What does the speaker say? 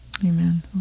Amen